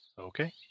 Okay